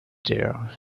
there